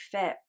fit